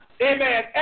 Amen